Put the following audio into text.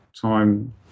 time